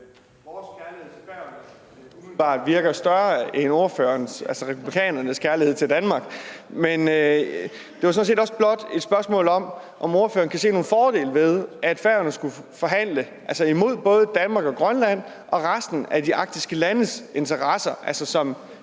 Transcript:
vores kærlighed til Færøerne umiddelbart virker større end ordførerens, altså republikanernes kærlighed til Danmark. Men jeg har sådan set også blot et spørgsmål om, om ordføreren kan se nogen fordele ved, at Færøerne skulle forhandle imod både Danmarks og Grønlands og resten af de arktiske landes interesser, altså